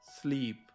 sleep